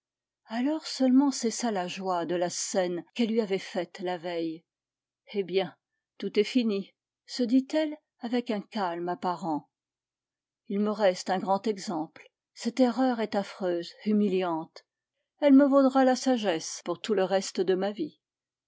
alors seulement cessa la joie de la scène qu'elle lui avait faite la veille eh bien tout est fini se dit-elle avec un calme apparent il me reste un grand exemple cette erreur est affreuse humiliante elle me vaudra la sagesse pour tout le reste de la vie